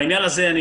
בעניין הזה אני